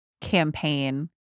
campaign